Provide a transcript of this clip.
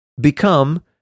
become